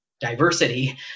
diversity